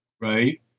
right